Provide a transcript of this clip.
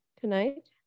tonight